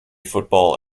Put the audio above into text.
football